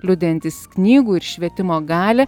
liudijantys knygų ir švietimo galią